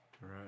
Right